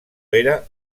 era